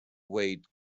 wait